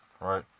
right